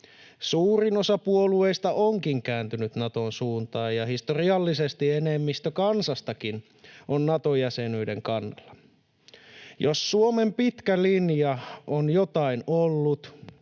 Suurin osa puolueista onkin kääntynyt Naton suuntaan, ja historiallisesti enemmistö kansastakin on Nato-jäsenyyden kannalla. Jos Suomen pitkä linja on jotain ollut,